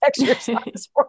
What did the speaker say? exercise